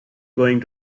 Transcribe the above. going